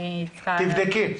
תבדקי.